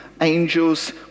Angels